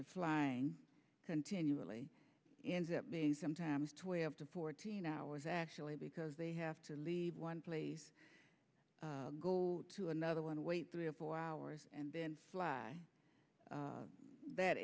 to flying continually ends up being sometimes twelve to fourteen hours actually because they have to leave one place go to another want to wait three or four hours and then fly that